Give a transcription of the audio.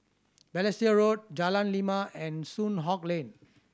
Balestier Road Jalan Lima and Soon Hock Lane